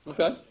Okay